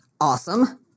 Awesome